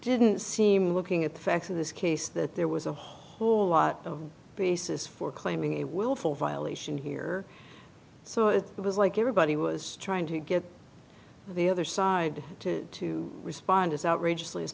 didn't seem looking at the facts of this case that there was a whole lot of basis for claiming a willful violation here so it was like everybody was trying to get the other side to to respond as outrageously as